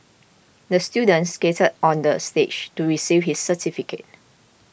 the student skated on the stage to receive his certificate